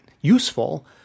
useful